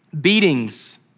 beatings